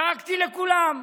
ודאגתי לכולם,